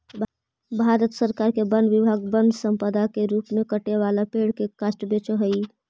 भारत सरकार के वन विभाग वन्यसम्पदा के रूप में कटे वाला पेड़ के काष्ठ बेचऽ हई